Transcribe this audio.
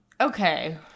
Okay